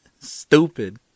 Stupid